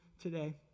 today